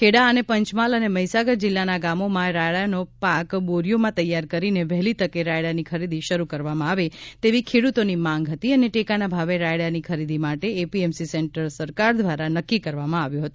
ખેડા અને પંચમહાલ અને મહીસાગર જિલ્લાના ગામોમાં રાયડાનો પાક બોરીઓમાં તૈયાર કરીને વહેલી તકે રાયડા ની ખરીદી શરૂ કરવામાં આવે તેવી ખેડૂતો ની માંગ હતી અને ટેકાના ભાવે રાયડા ની ખરીદી માટે એપીએમસી સેન્ટર સરકાર દ્વારા નક્કી કરવામાં આવ્યો હતો